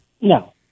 no